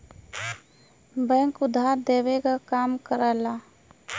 bank उधार देवे क काम करला